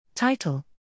Title